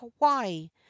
Hawaii